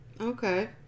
Okay